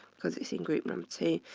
because its in group number two,